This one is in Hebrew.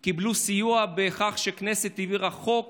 הם קיבלו סיוע בכך שהכנסת העבירה חוק